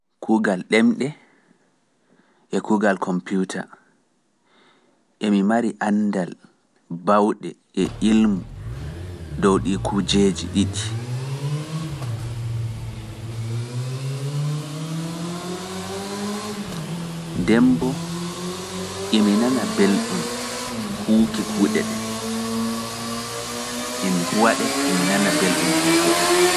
Kuugal ɗemɗe e kuugal kompiwta, emi mari anndal baawɗe e ilmu dow ɗii kujeeji ɗiɗi. Demmboo, emi nana belɗum huwuki kuuɗe ɗen, emi huwa ɗe emi nana belɗum huwu goɗe.